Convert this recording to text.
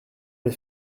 les